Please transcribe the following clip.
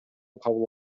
кабыл